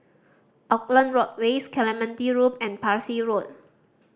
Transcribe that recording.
Auckland Road West Clementi Loop and Parsi Road